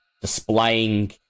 displaying